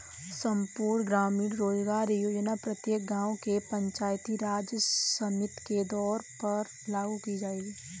संपूर्ण ग्रामीण रोजगार योजना प्रत्येक गांव के पंचायती राज समिति के तौर पर लागू की जाएगी